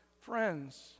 friends